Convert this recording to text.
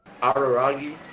araragi